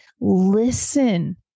listen